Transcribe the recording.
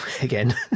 again